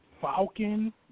Falcon